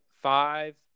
Five